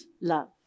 love